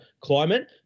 climate